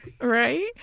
Right